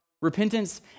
Repentance